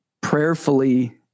prayerfully